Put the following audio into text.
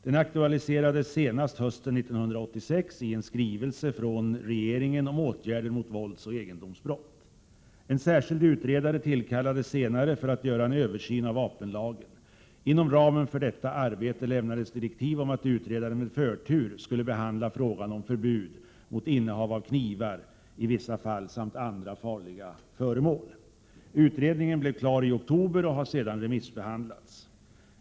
Den aktualiserades senast hösten 1986 i en skrivelse från regeringen om åtgärder mot våldsoch egendomsbrott. En särskild utredare tillkallades senare för att göra en översyn av vapenlagen. Inom ramen för detta arbete lämnades direktiv om att utredaren med förtur skulle behandla frågan om förbud mot innehav av knivar i vissa fall samt andra farliga föremål. Utredningen blev klar i oktober och har sedan remissbehandlats.